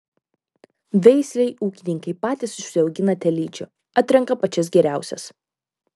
veislei ūkininkai patys užsiaugina telyčių atrenka pačias geriausias